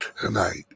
tonight